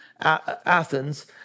Athens